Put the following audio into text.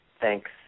thanks